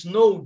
no